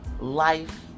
life